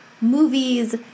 movies